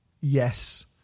yes